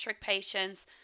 patients